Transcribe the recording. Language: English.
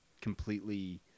completely